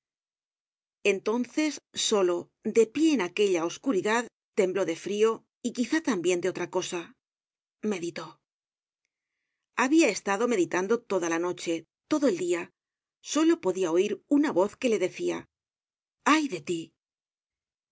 entonces solo de pie en aquella oscuridad tembló de frio y quizá tambien de otra cosa meditó habia estado meditando toda la noche todo el dia solo podia oir una voz que le decia ay de tí